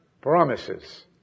promises